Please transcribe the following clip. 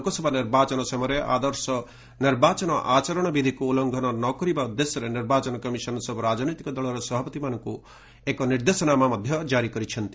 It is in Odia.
ଲୋକସଭା ନିର୍ବାଚନ ସମୟରେ ଆଦର୍ଶ ନିର୍ବାଚନ ଆଚରଣ ବିଧିକୁ ଉଲ୍ଲଂଘନ ନ କରିବା ଉଦ୍ଦେଶ୍ୟରେ ନିର୍ବାଚନ କମିଶନ ସବୁ ରାଜନୈତିକ ଦଳର ସଭାପତିଙ୍କୁ ଏକ ନିର୍ଦ୍ଦେଶନାମା କ୍ୱାରି କରିଛନ୍ତି